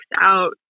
out